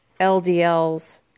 LDLs